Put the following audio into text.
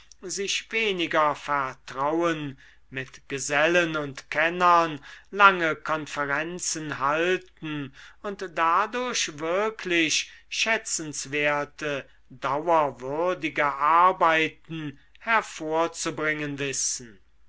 sich weniger vertrauen mit gesellen und kennern lange konferenzen halten und dadurch wirklich schätzenswerte dauerwürdige arbeiten hervorzubringen wissen